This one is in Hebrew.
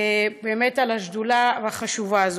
באמת, על השדולה החשובה הזאת.